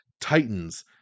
Titans